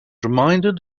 reminded